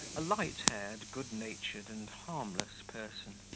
a light-haired, good-natured, and harmless person.